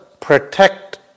protect